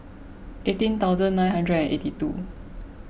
eighteen thousand nine hundred eighty two